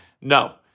no